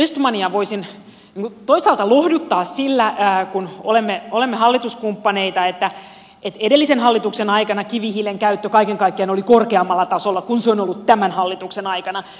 edustaja östmania voisin toisaalta lohduttaa sillä kun olemme hallituskumppaneita että edellisen hallituksen aikana kivihiilen käyttö kaiken kaikkiaan oli korkeammalla tasolla kuin se on ollut tämän hallituksen aikana